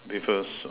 with a SA~